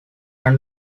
are